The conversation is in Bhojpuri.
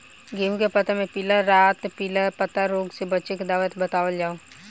गेहूँ के पता मे पिला रातपिला पतारोग से बचें के दवा बतावल जाव?